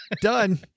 Done